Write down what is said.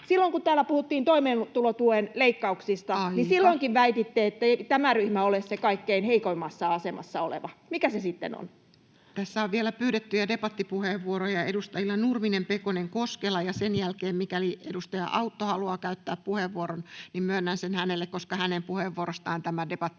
Silloin kun täällä puhuttiin toimeentulotuen leikkauksista, [Puhemies: Aika!] niin silloinkin väititte, ettei tämä ryhmä ole se kaikkein heikoimmassa asemassa oleva. Mikä se sitten on? Tässä on vielä pyydettyjä debattipuheenvuoroja edustajilla Nurminen, Pekonen ja Koskela, ja mikäli sen jälkeen edustaja Autto haluaa käyttää puheenvuoron, niin myönnän sen hänelle, koska hänen puheenvuorostaan tämä debatti